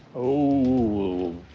ooh,